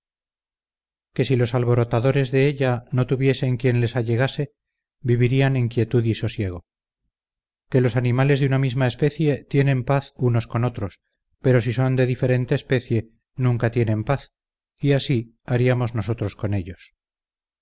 que si los alborotadores de ella no tuviesen quien se les allegase vivirían en quietud y sosiego que los animales de una misma especie tienen paz unos con otros pero si son de diferente especie nunca tienen paz y así haríamos nosotros con ellos